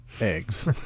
eggs